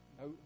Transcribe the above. No